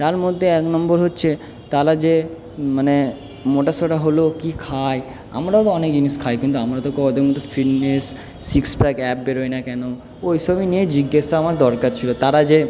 তার মদ্যে এক নম্বর হচ্ছে তারা যে মানে মোটা সোটা হল কী খায় আমরাও তো অনেক জিনিস খাই কিন্তু আমরা তো ওদের মতো ফিটনেস সিক্স প্যাক অ্যাব বেরোয় না কেন ওই সব নিয়ে জিজ্ঞাসা আমার দরকার ছিলো তারা যে